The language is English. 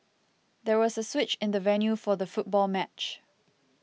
there was a switch in the venue for the football match